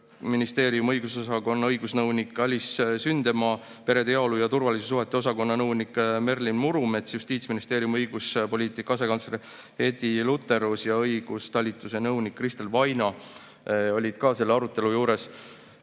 Sotsiaalministeeriumi õigusosakonna õigusnõunik Alice Sündema, perede heaolu ja turvaliste suhete osakonna nõunik Merlin Murumets, Justiitsministeeriumi õiguspoliitika asekantsler Heddi Lutterus ja eraõiguse talituse nõunik Kristel Vaino. Nemad olid ka selle arutelu juures.